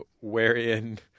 wherein